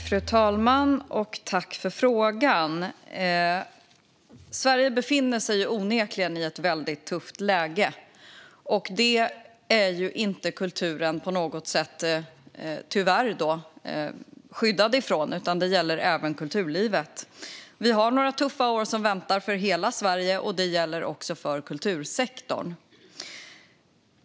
Fru talman! Jag tackar ledamoten för frågan. Sverige befinner sig i ett tufft läge, något som kulturen tyvärr inte är skyddad från. Sverige har några tuffa år framför sig, och det gäller också kultursektorn.